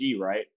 right